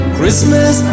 Christmas